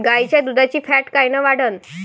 गाईच्या दुधाची फॅट कायन वाढन?